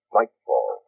Nightfall